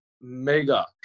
mega